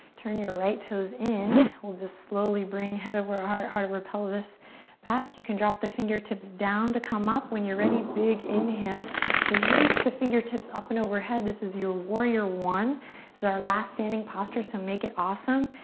turn your right toes in. we'll just slowly bring head over heart, heart over pelvis back. you can drop the fingertips down to come up. when you're ready, big inhale to reach the fingertips up and overhead. this is your warrior i. this is our last standing posture so make it awesome.